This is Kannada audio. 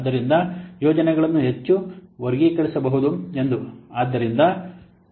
ಆದ್ದರಿಂದ ಯೋಜನೆಗಳನ್ನು ಹೆಚ್ಚು ಎಂದು ವರ್ಗೀಕರಿಸಬಹುದು